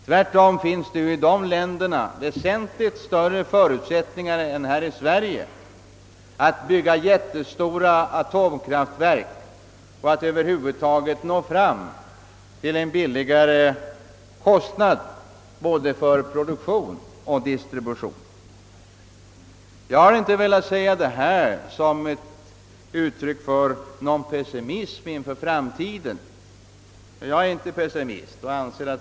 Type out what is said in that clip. Tvärtom finns det i de länderna väsentligt större förutsättningar än här i Sverige att bygga jättestora atomkraftverk och att över huvud taget uppnå en lägre kostnad både för produktion och för distribution. Jag har inte sagt detta för att uttrycka någon pessimism inför framtiden. Jag är inte pessimist.